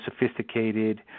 sophisticated